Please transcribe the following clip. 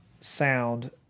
Sound